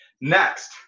next